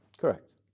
correct